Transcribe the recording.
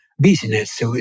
business